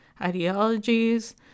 ideologies